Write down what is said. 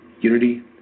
unity